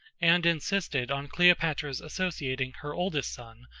and insisted on cleopatra's associating her oldest son,